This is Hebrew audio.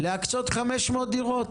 להקצות 500 דירות.